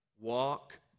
Walk